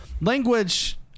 language